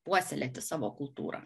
puoselėti savo kultūrą